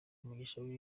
umushinga